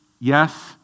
yes